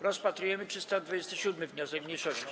Rozpatrujemy 327. wniosek mniejszości.